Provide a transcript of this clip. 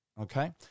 Okay